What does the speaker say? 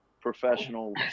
professional